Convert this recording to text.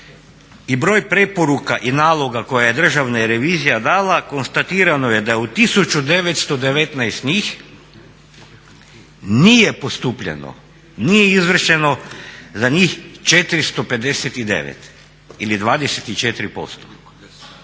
i broj preporuka i naloga koje je Državna revizija dala konstatirano je da je u 1919 njih nije postupljeno, nije izvršeno za njih 459 ili 24%.